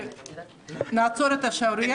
ושנעצור את השערורייה הזאת.